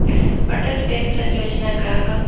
Atal pension योजना का ह?